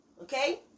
Okay